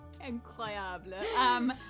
Incroyable